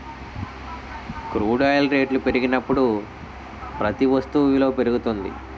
crude oil రేట్లు పెరిగినప్పుడు ప్రతి వస్తు విలువ పెరుగుతుంది